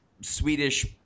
Swedish